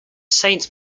saint